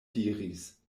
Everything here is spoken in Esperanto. diris